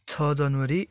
छ जनवरी